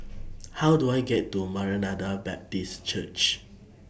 How Do I get to Maranatha Baptist Church